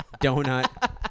Donut